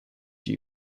that